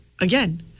again